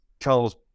Charles